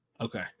okay